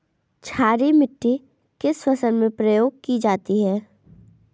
क्षारीय मिट्टी किस फसल में प्रयोग की जाती है?